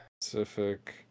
Pacific